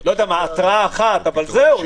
לא יודע, התראה אחת, אבל זהו.